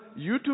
YouTube